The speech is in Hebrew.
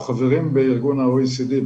אנחנו חברים בארגון ה-OECD,